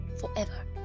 forever